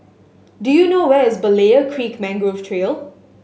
do you know where is Berlayer Creek Mangrove Trail